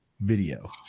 video